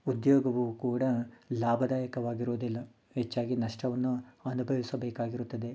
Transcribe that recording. ಉದ್ಯೋಗವು ಕೂಡ ಲಾಭದಾಯಕವಾಗಿರುವುದಿಲ್ಲ ಹೆಚ್ಚಾಗಿ ನಷ್ಟವನ್ನು ಅನುಭವಿಸಬೇಕಾಗಿರುತ್ತದೆ